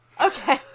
okay